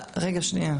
רגע, שנייה.